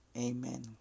Amen